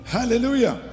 Hallelujah